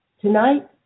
Tonight